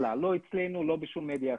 לא עלה, לא אצלנו ולא בשום מדיה אחרת.